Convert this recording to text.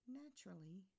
naturally